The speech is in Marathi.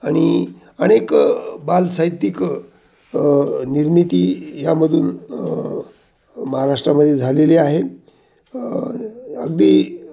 आणि अनेक बाल साहित्यिक निर्मिती यामधून महाराष्ट्रामध्ये झालेली आहे अगदी